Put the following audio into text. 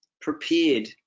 prepared